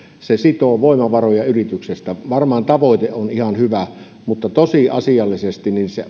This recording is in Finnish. se sitoo voimavaroja yrityksestä varmaan tavoite on ihan hyvä mutta tosiasiallisesti